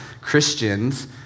Christians